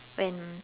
when